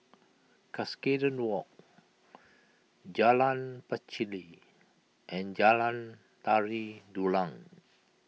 Cuscaden Walk Jalan Pacheli and Jalan Tari Dulang